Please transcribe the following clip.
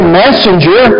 messenger